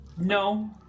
No